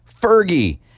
Fergie